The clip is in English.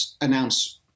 announce